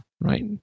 right